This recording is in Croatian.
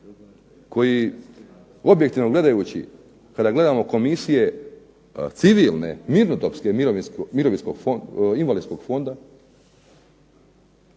koji objektivno gledajući kada gledamo komisije civilne, mirnodopske, Invalidskog fonda, onda vidimo bitnu